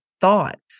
thoughts